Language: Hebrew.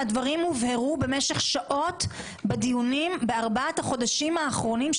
והדברים הובהרו במשך שעות בדיונים בארבעת החודשים האחרונים,